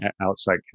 outside